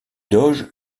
doge